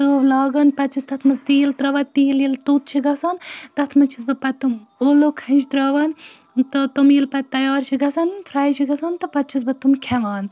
تٲو لاگان پَتہٕ چھَس تَتھ مَنٛز تیٖل ترٛاوان تیٖل ییٚلہِ توٚت چھِ گَژھان تَتھ مَنٛز چھَس بہٕ پَتہٕ تِم ٲلو کھَنٛجہٕ ترٛاوان تہٕ تِم ییٚلہِ پَتہٕ تیار چھِ گَژھان فرٛاے چھِ گَژھان تہٕ پَتہٕ چھَس بہٕ تِم کھٮ۪وان